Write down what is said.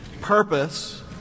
purpose